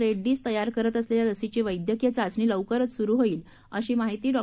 रेड्डीज तयार करत असलेल्या लसीची वैड्यकीय चाचणी लवकरच सुरू होईल अशी माहिती डॉ